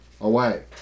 away